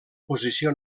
posició